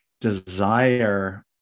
desire